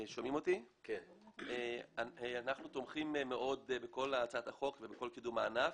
אנחנו תומכים מאוד בכל הצעת החוק ובכל קידום הענף.